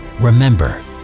Remember